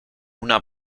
una